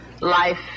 life